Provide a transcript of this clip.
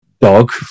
dog